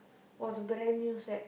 was brand new set